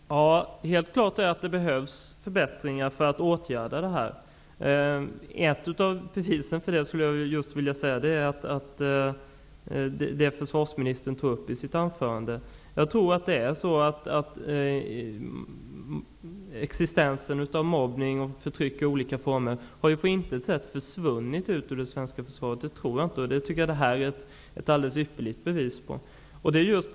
Herr talman! Det är helt klart att det behövs förbättringar för att åtgärda detta. Ett av bevisen för det är det som försvarsministern tog upp i sitt anförande. Förekomsten av mobbning och förtryck i olika former har på intet sätt försvunnit ut ur det svenska försvaret. Det tror jag inte. Detta är ett alldeles ypperligt bevis på detta.